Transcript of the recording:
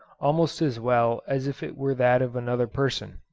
almost as well as if it were that of another person.